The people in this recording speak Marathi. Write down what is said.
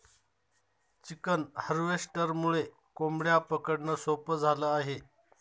चिकन हार्वेस्टरमुळे कोंबड्या पकडणं सोपं झालं आहे